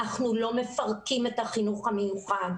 אנחנו לא מפרקים את החינוך המיוחד.